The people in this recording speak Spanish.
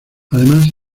además